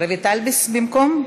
רויטל במקום?